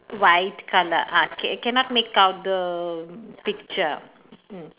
white colour ah ca~ cannot make out the picture mm